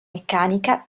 meccanica